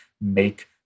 make